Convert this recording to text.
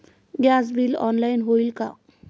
Gas bill online होईल का?